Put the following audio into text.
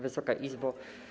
Wysoka Izbo!